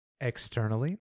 Externally